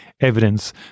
evidence